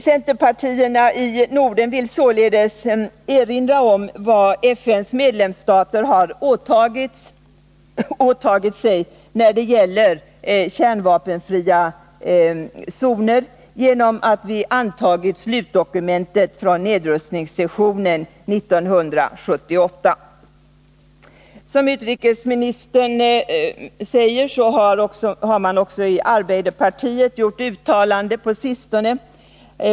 Centerpartierna i Norden vill således erinra om vad FN:s medlemsstater har åtagit sig när det gäller kärnvapenfria zoner genom att vi antagit slutdokumentet från nedrustningssessionen 1978. Som utrikesministern säger har man också i arbeiderpartiet gjort uttalanden på sistone.